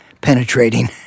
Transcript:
penetrating